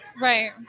right